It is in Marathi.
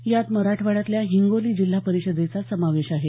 यात मराठवाड्यातल्या हिंगोली जिल्हा परिषदेचा समावेश आहे